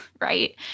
right